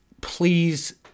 please